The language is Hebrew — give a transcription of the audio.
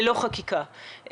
ללא חקיקה.